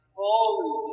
holy